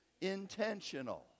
Intentional